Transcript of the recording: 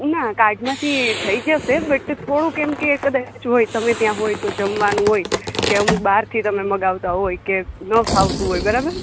ઉ ના કાર્ડમાથી થઈ જશે બટ થોડુંક કેમ કે કદાચ હોય તમે ત્યા હોય તો જમવાનું હોય કે અમુક બહારથી તમે મંગાવતા હોય કે ન ફાવતું હોય બરાબર